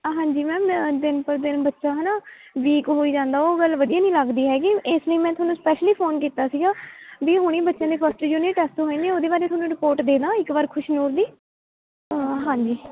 ਅ ਹਾਂਜੀ ਮੈਮ ਦਿਨ ਪਰ ਦਿਨ ਬੱਚਾ ਹੈ ਨਾ ਵੀਕ ਹੋਈ ਜਾਂਦਾ ਉਹ ਗੱਲ ਵਧੀਆ ਨਹੀਂ ਲੱਗਦੀ ਹੈਗੀ ਇਸ ਲਈ ਮੈਂ ਤੁਹਾਨੂੰ ਸਪੈਸ਼ਲੀ ਫੋਨ ਕੀਤਾ ਸੀਗਾ ਵੀ ਹੁਣੀ ਬੱਚਿਆਂ ਦੇ ਫਸਟ ਯੂਨੀਟ ਟੈਸਟ ਹੋਏ ਨੇ ਉਹਦੇ ਬਾਰੇ ਤੁਹਾਨੂੰ ਰਿਪੋਰਟ ਦੇ ਦਾਂ ਇੱਕ ਵਾਰ ਖੁਸ਼ਨੂਰ ਦੀ ਹਾਂਜੀ